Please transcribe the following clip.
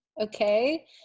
okay